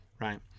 right